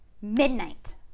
midnight